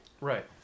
right